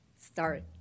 start